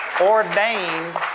ordained